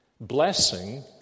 Blessing